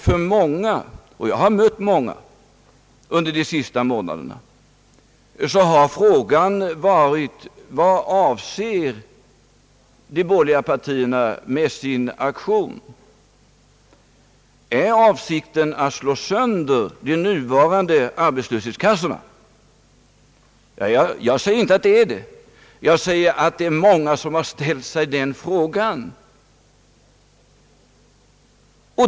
För många — och jag har mött många under de sista månaderna — har frågan varit: Vad avser de borgerliga partierna med sin aktion? Är avsikten att slå sönder de nuvarande arbetslöshetskassorna? Jag säger inte att så är fallet, utan säger bara att det är många som har ställt den frågan.